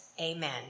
Amen